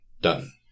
Done